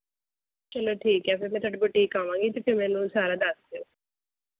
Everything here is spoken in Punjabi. ਚਲੋ ਠੀਕ ਹੈ ਫਿਰ ਮੈਂ ਤੁਹਾਡੀ ਬੂਟੀਕ ਆਵਾਂਗੀ ਤੁਸੀਂ ਮੈਨੂੰ ਸਾਰਾ ਦੱਸ ਦਿਓ